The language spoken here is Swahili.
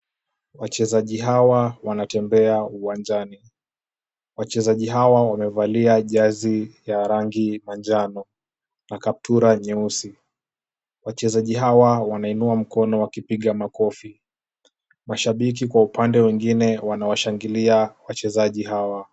Wachezaji hawa wanatembea uwanjani, wachezaji hawa wamevalia jazi ya rangi manjano na kaptura nyeusi, wachezaji hawa wameinua mikono wakipiga makofi, mashabiki kwa upande wengine wanawashangilia wachezaji hawa.